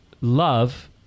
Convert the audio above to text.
love